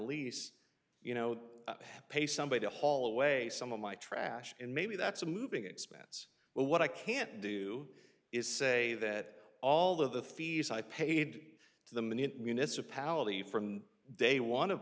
lease you know pay somebody to haul away some of my trash and maybe that's a moving expense well what i can't do is say that all of the fees i paid to them in the municipality from day one of